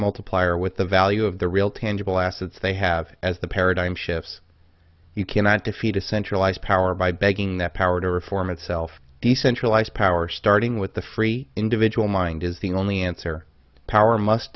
multiplier with the value of the real tangible assets they have as the paradigm shifts you cannot defeat a centralized power by begging that power to reform itself decentralized power starting with the free individual mind is the only answer power must